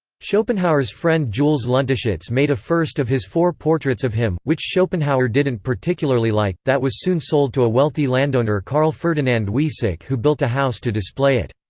schopenhauer's friend jules lunteschutz made a first of his four portraits of him which schopenhauer didn't particularly like that was soon sold to a wealthy landowner carl ferdinand wiesike who built a house to display it.